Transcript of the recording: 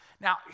Now